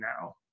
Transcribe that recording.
now